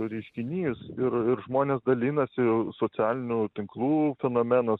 reiškinys ir ir žmonės dalinasi socialinių tinklų fenomenas